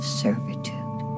servitude